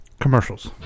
commercials